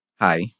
hi